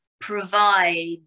provide